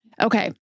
Okay